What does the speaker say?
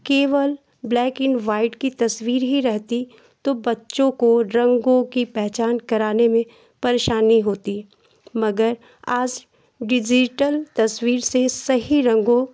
केवल black and white की तस्वीर ही रहती तो बच्चों को रंगो की पहचान कराने में परेशानी होती मगर आपके पास डिजीटल तस्वीर से सही रंगों